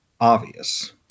obvious